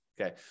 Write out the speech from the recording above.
okay